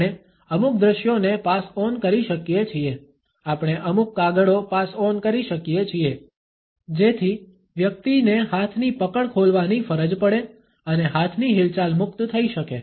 આપણે અમુક દ્રશ્યોને પાસ ઓન કરી શકીએ છીએ આપણે અમુક કાગળો પાસ ઓન કરી શકીએ છીએ જેથી વ્યક્તિને હાથની પકડ ખોલવાની ફરજ પડે અને હાથની હિલચાલ મુક્ત થઈ શકે